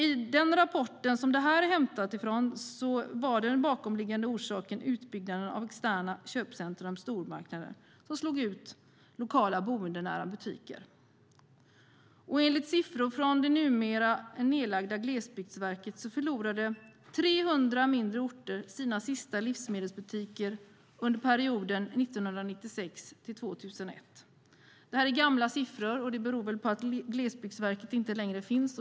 I den rapport som detta är hämtat ifrån var den bakomliggande orsaken utbyggnaden av externa köpcentrum och stormarknader som slog ut lokala boendenära butiker. Enligt siffror från numera nedlagda Glesbygdsverket förlorade 300 mindre orter sina sista livsmedelsbutiker under perioden 1996-2001. Detta är gamla siffror, vilket beror på att Glesbygdsverket inte längre finns.